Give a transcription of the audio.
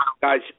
Guys